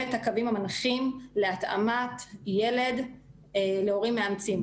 את הקווים המנחים להתאמת ילד להורים מאמצים.